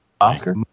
Oscar